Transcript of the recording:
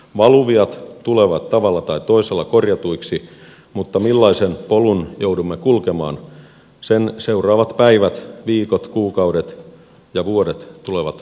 valuviat tulevat tavalla tai toisella korjatuiksi mutta millaisen polun joudumme kulkemaan sen seuraavat päivät viikot kuukaudet ja vuodet tulevat meille näyttämään